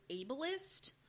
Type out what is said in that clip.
ableist